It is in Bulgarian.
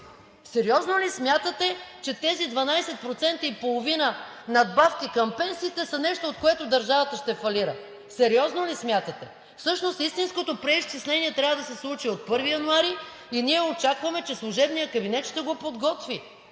Сериозно ли смятате, че тези 12,5% надбавки към пенсиите са нещото, от което държавата ще фалира?! Сериозно ли го смятате? Всъщност истинското преизчисление трябва да се случи от 1 януари и ние очакваме, че служебният кабинет ще го подготви,